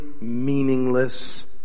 meaningless